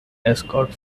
escort